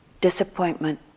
disappointment